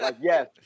yes